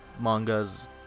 mangas